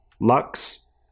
Lux